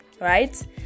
Right